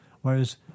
whereas